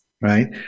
right